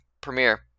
premiere